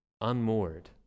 unmoored